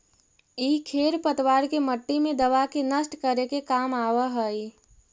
इ खेर पतवार के मट्टी मे दबा के नष्ट करे के काम आवऽ हई